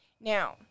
Now